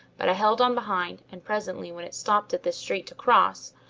but i held on behind, and presently when it stopped at this street to cross,